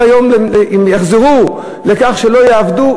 ויחזרו לכך שהן לא יעבדו,